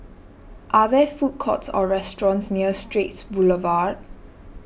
are there food courts or restaurants near Straits Boulevard